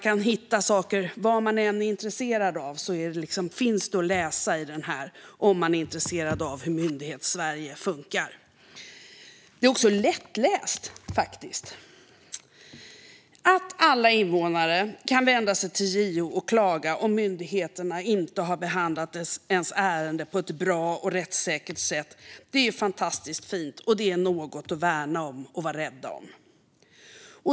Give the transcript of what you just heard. Vad man än är intresserad av när det gäller hur Myndighetssverige funkar kan man hitta saker att läsa i ämbetsberättelsen. Den är också faktiskt lättläst. Att alla invånare kan vända sig till JO och klaga om myndigheterna inte har behandlat ens ärende på ett bra och rättssäkert sätt är fantastiskt fint. Det är något att värna om och vara rädd om.